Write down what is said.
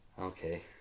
okay